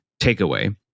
takeaway